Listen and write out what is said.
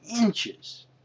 inches